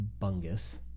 Bungus